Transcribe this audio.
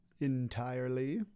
Entirely